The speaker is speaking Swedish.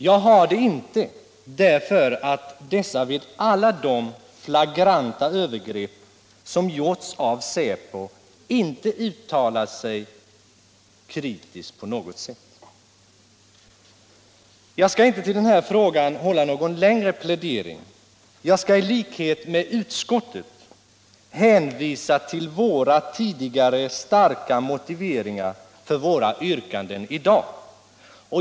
Jag har inte det, därför att dessa vid alla de flagranta övergrepp som gjorts av säpo inte uttalat sig kritiskt på något sätt. Jag skall inte i den här frågan hålla någon längre plädering utan kan i likhet med utskottet hänvisa till tidigare starka motiveringar för våra yrkanden i dag.